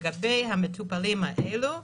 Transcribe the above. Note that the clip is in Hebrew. לגבי המטופלים האלה,